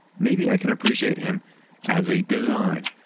maybe i can appreciate him as a design,